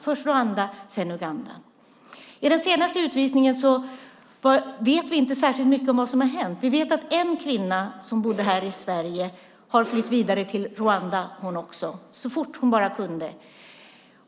Först kom de till Rwanda, sedan till Uganda. I det andra fallet vet vi inte särskilt mycket om vad som har hänt. Vi vet att en kvinna som bodde här i Sverige har flytt vidare till Rwanda så fort hon kunde.